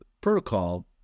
protocol